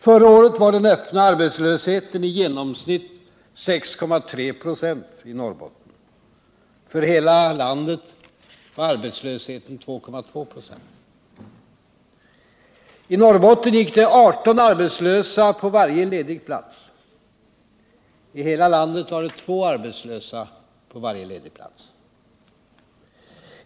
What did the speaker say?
Förra året var den öppna arbetslösheten i genomsnitt 6,3 26 i Norrbotten. För hela landet var arbetslösheten 2,2 26.1 Norrbotten gick det 18 arbetslösa på varje ledig plats. I hela landet var det 2 arbetslösa på varje ledig plats.